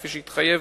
כפי שהתחייב,